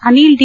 Anil D